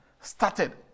started